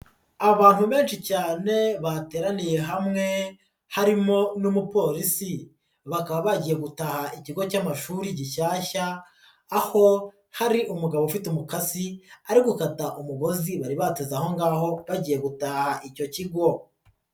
Abantu benshi cyane bateraniye hamwe harimo n'umupolisi bakaba bagiye gutaha ikigo cy'amashuri gishyashya aho hari umugabo ufite umukasi ari gukata umugozi bari bateze aho ngaho bagiye gutaha icyo kigo.